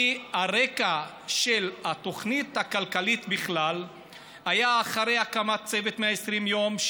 כי הרקע של התוכנית הכלכלית בכלל היה אחרי הקמת צוות 120 יום,